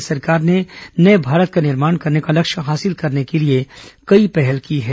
केन्द्र सरकार ने नए भारत का निर्माण करने का लक्ष्य हासिल करने के लिए कई पहल की हैं